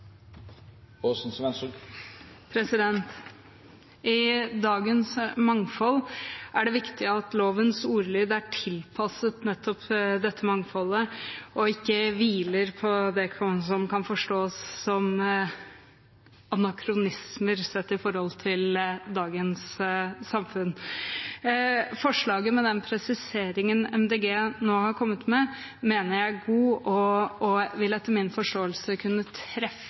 I dagens mangfold er det viktig at lovens ordlyd er tilpasset nettopp dette mangfoldet og ikke hviler på det som kan forstås som anakronismer sett i forhold til dagens samfunn. Forslaget med den presiseringen Miljøpartiet De Grønne har kommet med, mener jeg er godt, og det vil etter min forståelse kunne treffe